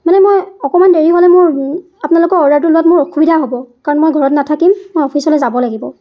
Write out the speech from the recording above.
মানে মই অকণমান দেৰি হ'লে মোৰ আপোনালোকৰ অৰ্ডাৰটো লোৱাত মোৰ অসুবিধা হ'ব কাৰণ মই ঘৰত নাথাকিম মই অফিচলৈ যাব লাগিব